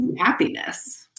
happiness